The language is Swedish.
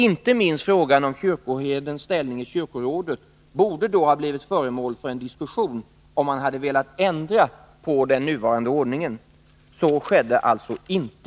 Inte minst frågan om kyrkoherdens ställning i kyrkorådet borde då ha blivit föremål för en diskussion, om man hade velat ändra på den nuvarande ordningen. Så skedde alltså inte.